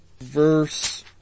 verse